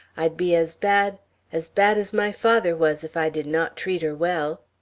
i'd be as bad as bad as my father was, if i did not treat her well.